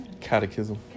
Catechism